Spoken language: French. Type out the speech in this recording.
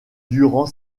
durant